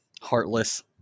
heartless